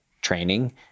training